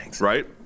right